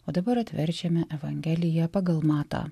o dabar atverčiame evangeliją pagal matą